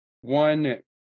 One